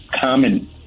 common